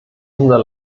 unser